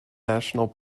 national